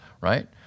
right